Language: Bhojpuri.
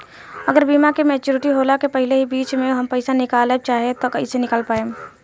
अगर बीमा के मेचूरिटि होला के पहिले ही बीच मे हम पईसा निकाले चाहेम त कइसे निकाल पायेम?